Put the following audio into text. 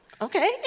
okay